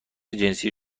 جنسی